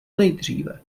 nejdříve